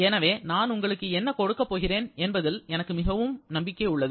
எனவே நான் உங்களுக்கு என்ன கொடுக்கபோகிறேன் என்பதில் எனக்கு மிகுந்த நம்பிக்கை உள்ளது